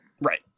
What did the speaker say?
right